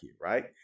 right